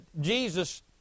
Jesus